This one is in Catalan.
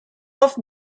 golf